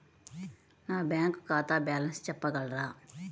నా బ్యాంక్ ఖాతా బ్యాలెన్స్ చెప్పగలరా?